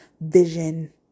vision